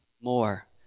more